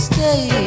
Stay